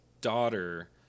daughter